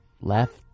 left